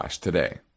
today